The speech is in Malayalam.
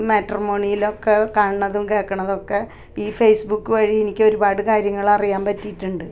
മാട്രിമോണീലൊക്കെ കാണണതും കേൾക്കണതുവൊക്കെ ഈ ഫേസ്ബുക്ക് വഴി എനിക്കൊരുപാട് കാര്യങ്ങൾ അറിയാൻ പറ്റീട്ടുണ്ട്